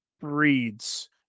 breeds